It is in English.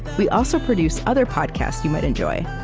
but we also produce other podcasts you might enjoy,